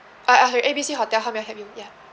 uh sorry A B C hotel how may I help you ya